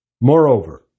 Moreover